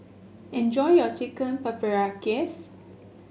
enjoy your Chicken Paprikas